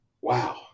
wow